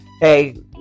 hey